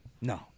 no